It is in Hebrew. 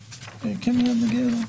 כמנהגנו,